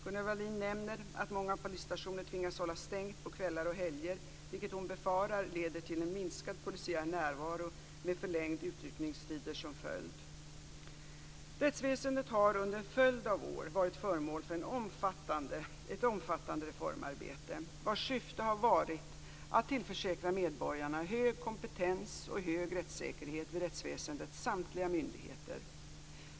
Gunnel Wallin nämner att många polisstationer tvingas hålla stängt på kvällar och helger, vilket hon befarar leder till en minskad polisiär närvaro med förlängda utryckningstider som följd. Rättsväsendet har under en följd av år varit föremål för ett omfattande reformarbete, vars syfte har varit att tillförsäkra medborgarna hög kompetens och hög rättssäkerhet vid rättsväsendets samtliga myndigheter.